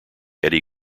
eddie